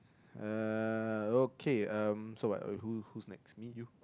uh okay um so what who who next mean you